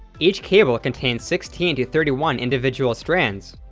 each cable contains sixteen to thirty one individual strands,